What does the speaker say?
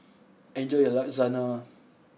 enjoy your Lasagna